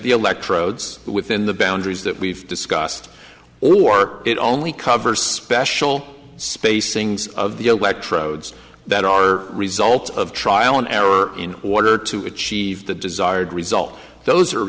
the electrodes within the boundaries that we've discussed or it only covers special spacings of the electrodes that are result of trial and error in order to achieve the desired result those